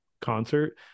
concert